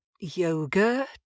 Yoga